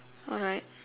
alright